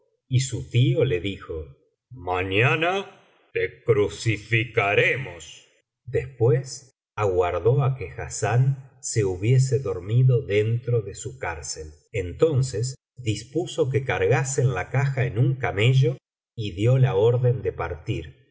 y su tío le dijo mañana te crucificaremos después aguardó á que hassán se hubiese biblioteca valenciana las mil noches y una nochl dormido dentro de su cárcel entonces dispuso que cargasen la caja en un camello y dio la orden de partir